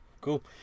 Cool